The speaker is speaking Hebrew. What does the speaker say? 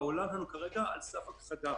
וכרגע, העולם שלנו הוא על סף הכחדה,